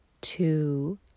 two